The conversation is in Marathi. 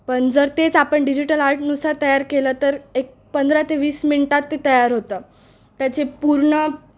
पण जर तेच आपण डिजिटल आर्टनुसार तयार केलं तर एक पंधरा ते वीस मिनटात ते तयार होतं त्याचे पूर्ण